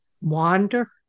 wander